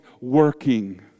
working